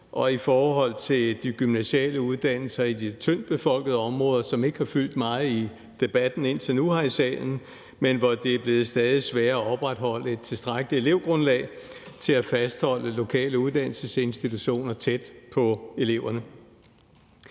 og i forhold til de gymnasiale uddannelser i de tyndt befolkede områder, som ikke har fyldt meget i debatten indtil nu her i salen, men hvor det er blevet stadig sværere at opretholde et tilstrækkeligt elevgrundlag til at fastholde lokale uddannelsesinstitutioner tæt på eleverne.